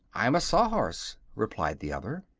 i'm a sawhorse, replied the other.